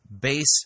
base